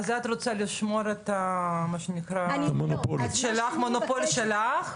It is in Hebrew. אז את רוצה לשמור, מה שנקרא, את המונופול שלך?